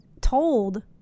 told